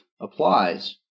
applies